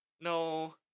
No